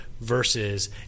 versus